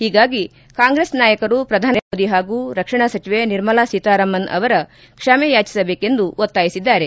ಹೀಗಾಗಿ ಕಾಂಗ್ರೆಸ್ ನಾಯಕರು ಪ್ರಧಾನಮಂತ್ರಿ ನರೇಂದ್ರಮೋದಿ ಹಾಗೂ ರಕ್ಷಣಾ ಸಚಿವೆ ನಿರ್ಮಲಾ ಸೀತಾರಾಮನ್ ಅವರ ಕ್ಷಮೆಯಾಚಿಸಬೇಕೆಂದು ಒತ್ತಾಯಿಸಿದ್ದಾರೆ